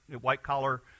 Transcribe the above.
white-collar